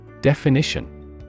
Definition